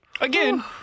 Again